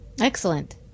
Excellent